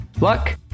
Luck